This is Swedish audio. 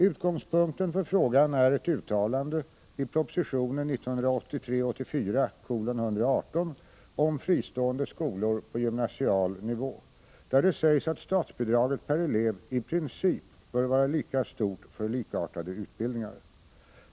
Utgångspunkten för frågan är ett uttalande i proposition 1983/84:118 om fristående skolor på gymnasial nivå, där det sägs att statsbidraget per elev i princip bör vara lika stort för likartade utbildningar.